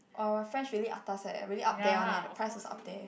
oh !wah! French really atas leh really up there one leh the price also up there